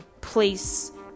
place